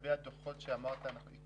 לגבי הדוחות שדיברת עליהם,